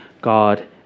God